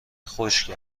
خشک